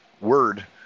Word